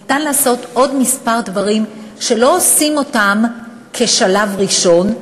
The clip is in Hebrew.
ניתן לעשות עוד כמה דברים שלא עושים אותם בשלב הראשון,